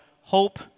hope